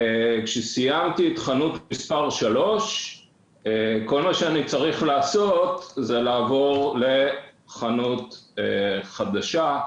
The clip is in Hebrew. וכשסיימתי להיות בה כל מה שאני צריך לשעות זה לעבור לחנות חדשה,